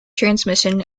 transmission